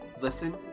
Listen